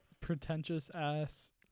pretentious-ass